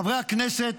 חברי הכנסת,